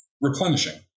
replenishing